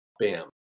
Bam